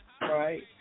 right